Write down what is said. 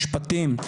משפטים.